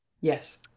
Yes